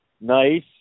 nice